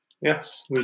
Yes